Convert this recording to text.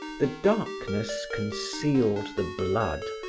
the darkness concealed the blood,